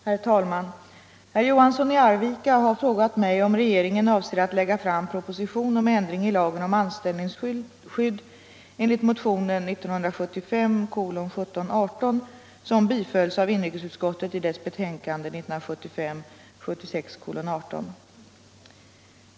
Herr talman! Herr Johansson i Arvika har frågat mig om regeringen avser att lägga fram proposition om ändring i lagen om anställningsskydd enligt motionen 1975:1718, som tillstyrktes av inrikesutskottet i dess betänkande 1975/76:18.